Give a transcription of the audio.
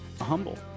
humble